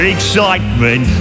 Excitement